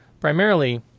primarily